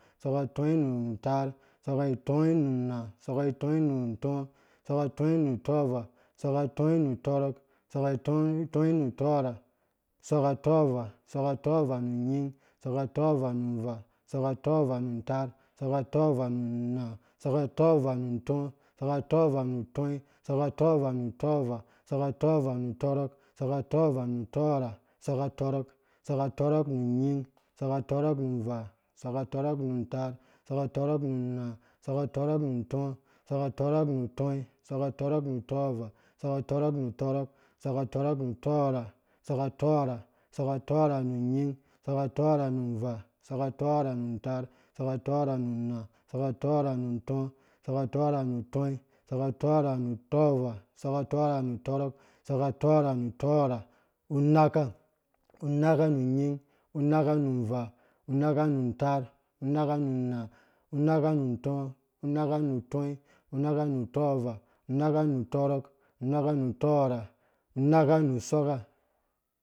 Isɔkka tɔi nuntaar isɔkka tɔi nu una isɔkka tɔi nu ntɔɔ, isɔkka tɔi nu utɔɔvaa, isɔkka tɔi nu utɔrɔk isɔkka tɔi nu utɔɔrha isɔkka tɔi nmu utɔɔrha, isɔkka tɔɔva, isɔkka ɔɔvaa nu nying, isɔkka tɔɔvaa nu nvaa isɔkka tɔɔvaa nu ntaar isɔkka tɔɔvaa nu nna, isɔkka tɔɔvaa nu atɔi isɔkka nu utɔrɔk isɔkka ɔɔvaa n utɔrha, isɔkka tɔrɔk, isɔkka tɔrɔk nu nyinh isɔkka ntaar, isɔkka tɔrɔk nu nna, isɔkka tɔrɔk nu ntɔɔ isɔkka tɔrɔk nu nutɔi, isɔkka tɔrɔ nu utɔɔvaa, isɔkka tɔrɔk nu utɔɔrha nu nying, isɔkka tɔɔrha, isɔkka tɔɔrha nu nying, isɔkka tɔɔrha nunna, isɔkka tɔɔrha nu ntɔɔ isɔkka tɔɔrha nu utsi, isɔkka tɔɔrha nu utɔɔvaa, isɔkka atɔɔrha nu tɔrɔk isɔkka tɔɔrha nu utɔɔrha, unakka, unakka nu nying unaaka nu nvaa, unakka nu ntɔɔ unakka nu utsi unakka utɔɔvaa umakka nu utɔrɔk unakka nu utɔɔrha, unakka nu usɔkka